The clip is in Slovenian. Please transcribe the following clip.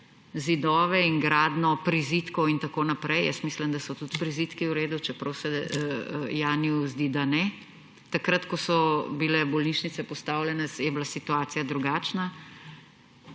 zidove in gradnjo prizidkov. Mislim, da so tudi prizidki v redu, čeprav se Janiju zdi, da ne. Takrat, ko so bile bolnišnice postavljene, je bila situacija drugačna